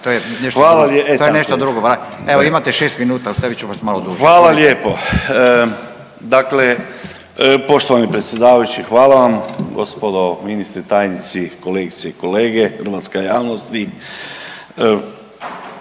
…/Upadica Radin: Evo imate šest minuta ostavit ću vas malo duže./… Hvala lijepo. Dakle, poštovani predsjedavajući hvala vam. Gospodo ministre, tajnici, kolegice i kolege, hrvatska javnosti.